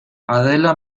adela